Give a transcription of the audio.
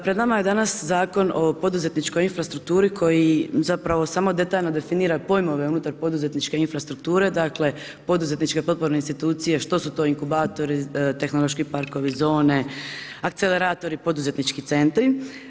Pred nama je danas Zakon o poduzetničkoj infrastrukturu, koji zapravo, samo detaljno definira pojmove unutar poduzetničke infrastrukture, dakle, poduzetničke potporne institucije, što stu to inkubatori, tehnološki parkovi, zone, akceleratori, poduzetnički centri.